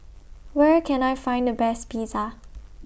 Where Can I Find The Best Pizza